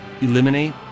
eliminate